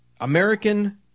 American